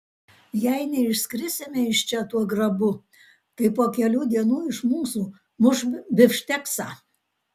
jei neišskrisime iš čia tuo grabu tai po kelių dienų iš mūsų muš bifšteksą